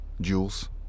Jules